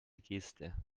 geste